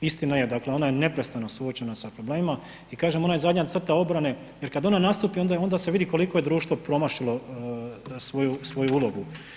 Istina je, dakle ona je neprestano suočena sa problemima i kažem ona je zadnja crta obrane jer kada ona nastupi onda se vidi koliko je društvo promašilo svoju ulogu.